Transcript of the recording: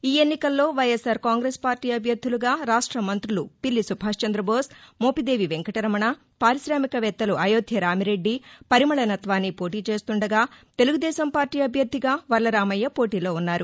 ఈ ఎన్నికల్లో YSR Congress party అభ్యర్దులుగా రాష్ట మంతులు పిల్లి సుభాష్ చంద్రబోస్ మోపిదేవి వెంకట రమణ పార్కాహికవేత్తలు అయోధ్య రామిరెడ్డి పరిమళ నత్వాని పోటీ చేస్తుండగా తెలుగు దేశం పార్టీ అభ్యర్దిగా వర్ల రామయ్య పోటీలో ఉన్నారు